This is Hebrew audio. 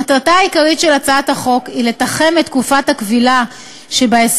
מטרתה העיקרית של הצעת החוק היא לתחם את תקופת הכבילה שבהסכם